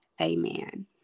Amen